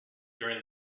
during